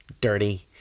dirty